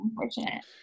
unfortunate